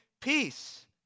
peace